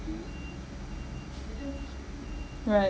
right